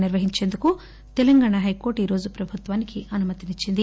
నిర్వహించేందుకు తెలంగాణ హైకోర్టు ఈ రోజు ప్రభుత్వానికి అనుమతి ఇచ్చింది